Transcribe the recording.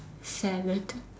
salad